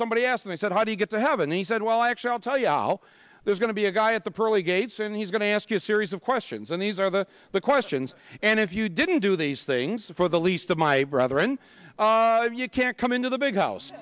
somebody asked me said how do you get to heaven and he said well actually tell ya'll there's going to be a guy at the pearly gates and he's going to ask you a series of questions and these are the questions and if you didn't do these things for the least of my brother and you can come into the big house